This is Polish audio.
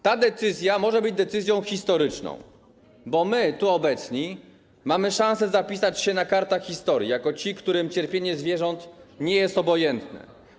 Ta decyzja może być decyzją historyczną, bo my, tu obecni, mamy szansę zapisać się na kartach historii jako ci, którym cierpienie zwierząt nie jest obojętne.